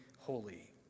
holy